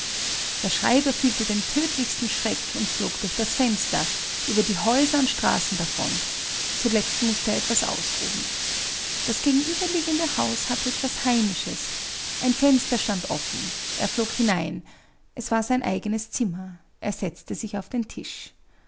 der schreiber fühlte den tötlichsten schreck und flog durch das fenster über die häuser und straßen davon zuletzt mußte er etwas ausruhen das gegenüberliegende haus hatte etwas heimisches ein fenster stand offen er flog hinein es war sein eigenes zimmer er setzte sich auf den tisch